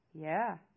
Yeah